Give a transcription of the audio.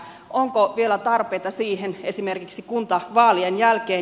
onko vielä tarpeita siihen esimerkiksi kuntavaalien jälkeen